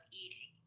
eating